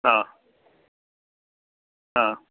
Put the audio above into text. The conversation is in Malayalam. അ അ